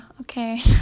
Okay